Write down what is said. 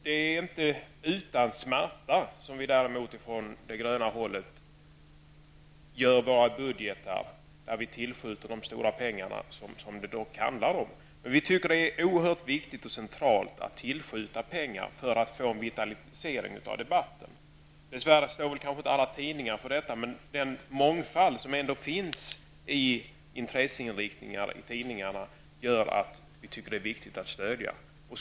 Det är däremot inte utan smärta som vi från det gröna hållet gör våra budgetar, där vi tar med de stora belopp som det här handlar om. Vi tycker dock att det är oerhört viktigt och centralt att tillskjuta pengar för att få en vitalisering av debatten. Dessvärre står väl inte alla tidningar för detta. Men den mångfald som ändå finns i intresseinriktningar i tidningar gör att vi tycker att det är viktigt att stödja detta.